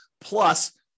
plus